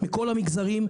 מכל המגזרים,